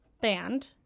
band